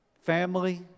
Family